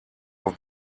auf